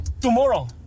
Tomorrow